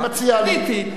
עניתי,